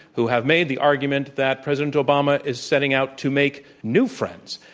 who have made the argument that president obama is setting out to make new friends.